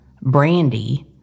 Brandy